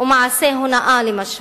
ומעשי הונאה, למשל.